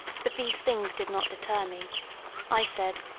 but these things did not deter me i said,